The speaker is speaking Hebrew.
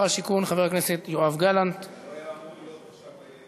והיא עוברת לוועדת הכספים להכנה לקריאה שנייה ושלישית.